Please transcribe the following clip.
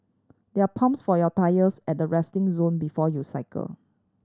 there are pumps for your tyres at the resting zone before you cycle